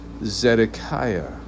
Zedekiah